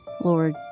Lord